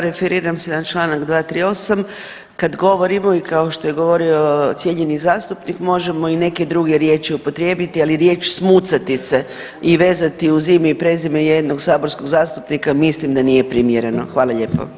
Referiram se na čl. 238., kad govorimo i kao što je govorio cijenjeni zastupnik možemo i neke druge riječi upotrijebiti, ali riječ „smucati se“ i vezati uz ime i prezime jednog saborskog zastupnika mislim da nije primjereno, hvala lijepo.